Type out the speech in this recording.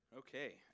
Okay